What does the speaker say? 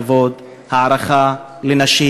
כבוד והערכה לנשים.